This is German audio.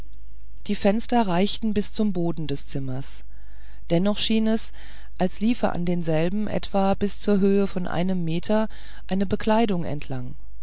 die fenster reichten bis zum boden des zimmers dennoch schien es als liefe an denselben etwa bis zur höhe von einem meter eine bekleidung entlang